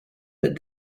but